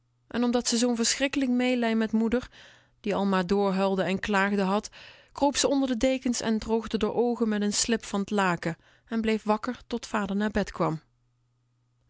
en omdat ze zoo'n schrikkelijk meelij met moeder die al maar door huilde en klaagde had kroop ze onder de dekens en droogde r oogen met n slip van t laken en bleef wakker tot vader naar bed kwam